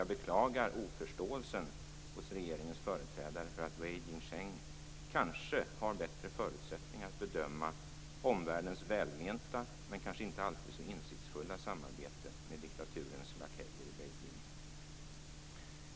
Jag beklagar oförståelsen hos regeringens företrädare för att Wei Jingsheng kanske har bättre förutsättningar att bedöma omvärldens välmenta men kanske inte alltid så insiktsfulla samarbete med diktaturens lakejer i Beijing.